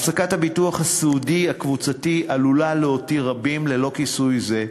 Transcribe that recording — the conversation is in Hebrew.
הפסקת הביטוח הסיעודי הקבוצתי עלולה להותיר רבים ללא כיסוי זה,